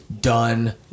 done